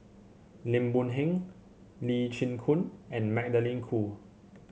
Lim Boon Heng Lee Chin Koon and Magdalene Khoo